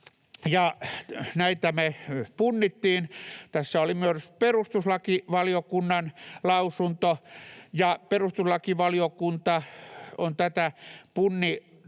näitä me punnittiin. Tässä oli myös perustuslakivaliokunnan lausunto, ja perustuslakivaliokunta on tätä punninnut